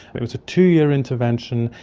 it was a two-year intervention,